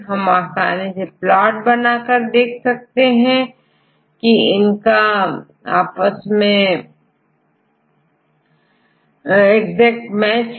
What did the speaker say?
आप आसानी से प्लॉट बनाकर देख सकते हैं की इसमें एग्जैक्ट मैच है